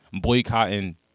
boycotting